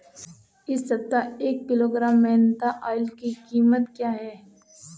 इस सप्ताह एक किलोग्राम मेन्था ऑइल की कीमत क्या है?